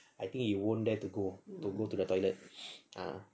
I think he won't dare to go to go to the toilet ah